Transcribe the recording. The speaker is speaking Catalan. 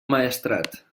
maestrat